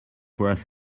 worth